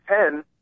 Ten